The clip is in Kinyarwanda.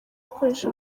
gukoresha